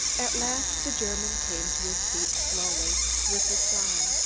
at last the german came to his feet slowly with a sigh.